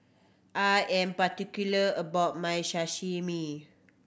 I am particular about my Sashimi